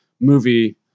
movie